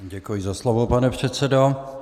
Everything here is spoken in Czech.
Děkuji za slovo, pane předsedo.